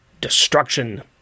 Destruction